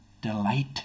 delight